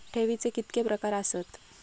ठेवीचे कितके प्रकार आसत?